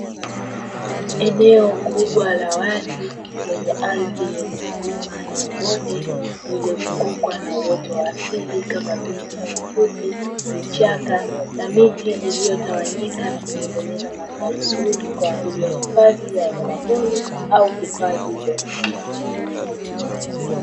Eneo kubwa la wazi lenye ardhi yenye milima na mabonde iliyo zungukwa na uoto wa asili, kama vile; nyasi fupi, vichaka na miti iliyotawanyika na kutengeneza mandhari nzuri, kwa ajili ya hifadhi ya wanyamapori au hifadhi ya msitu.